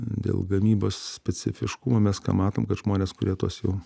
dėl gamybos specifiškumo mes ką matom kad žmonės kurie tuos jau